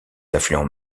affluents